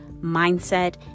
mindset